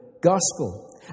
gospel